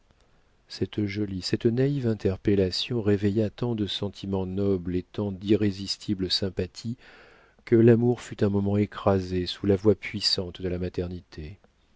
cette jolie cette naïve interpellation réveilla tant de sentiments nobles et tant d'irrésistibles sympathies que l'amour fut un moment écrasé sous la voix puissante de la maternité